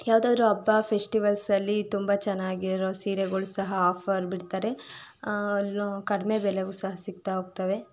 ಯಾವುದಾದ್ರೂ ಹಬ್ಬ ಫೆಸ್ಟಿವಲ್ಸಲ್ಲಿ ತುಂಬ ಚೆನ್ನಾಗಿರೋ ಸೀರೆಗಳು ಸಹ ಆಫರ್ ಬಿಡ್ತಾರೆ ಕಡಿಮೆ ಬೆಲೆಗೂ ಸಹ ಸಿಗ್ತಾ ಹೋಗ್ತವೆ